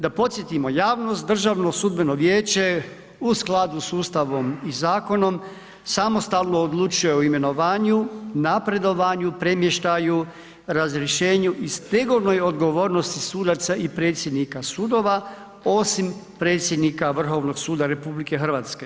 Da podsjetimo javnost DSV u skladu s Ustavom i zakonom samostalno odlučuje o imenovanju, napredovanju, premještaju, razrješenju i stegovnoj odgovornosti sudaca i predsjednika sudova, osim predsjednika Vrhovnog suda RH.